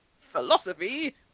Philosophy